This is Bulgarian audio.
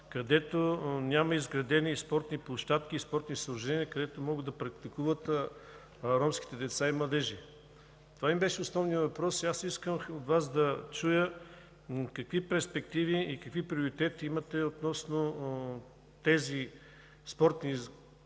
Там няма изградени спортни площадки и спортни съоръжения, където могат да практикуват ромските деца и младежи. Това беше основният ми въпрос и аз искам да чуя от Вас: какви перспективи и какви приоритети имате относно тези спортни площадки,